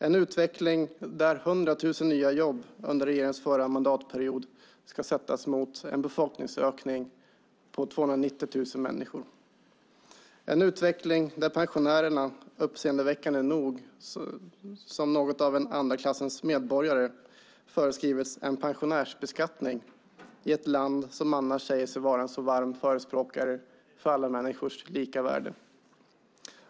En utveckling där 100 000 nya jobb under förra mandatperioden ska sättas mot en befolkningsökning på 290 000 människor. En utveckling där pensionärerna, uppseendeväckande nog som något av andra klassens medborgare, föreskrivits en pensionärsbeskattning - i ett land som annars säger sig vara en varm förespråkare av allas lika värde.